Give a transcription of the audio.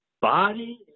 body